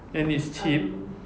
and it's cheap